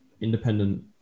independent